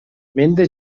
менде